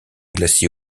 glacier